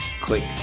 click